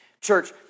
Church